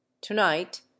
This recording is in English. tonight